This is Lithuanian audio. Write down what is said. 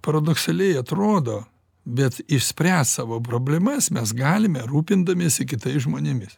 paradoksaliai atrodo bet išspręst savo problemas mes galime rūpindamiesi kitais žmonėmis